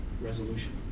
resolution